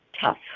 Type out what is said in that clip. tough